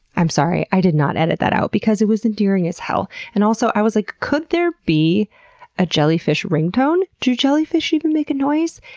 i'm sorry. i did not edit that out because it was endearing as hell, and also i was like, could there be a jellyfish ringtone? do jellyfish even make a noise?